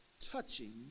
touching